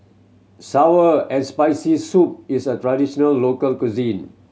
sour and Spicy Soup is a traditional local cuisine